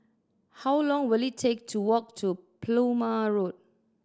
how long will it take to walk to Plumer Road